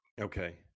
Okay